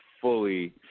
fully